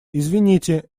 извините